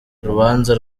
urubanza